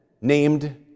named